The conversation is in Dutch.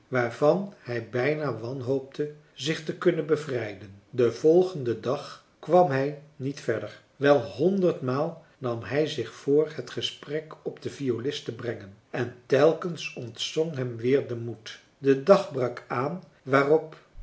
waarvan hij bijna wanhoopte zich te kunnen bevrijden den volgenden dag kwam hij niet verder wel honderdmaal nam hij zich voor het gesprek op den violist te brengen en telkens ontzonk hem weer de moed de dag brak aan waarop